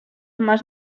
más